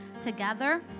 together